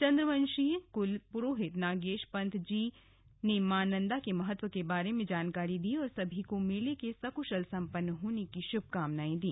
चंद वंशीय कूल पुरोहित नागेश पंथ जी ने माँ नंदा के महत्व के बारे में जानकारी दी और सभी को मेले के सक्शल संपन्न होने की श्भकामनाएं दी